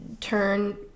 turn